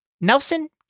Nelson